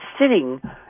sitting